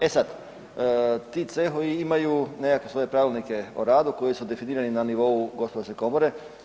E sada, ti cehovi imaju nekakve svoje pravilnike o radu koji su definirani na nivou Gospodarske komore.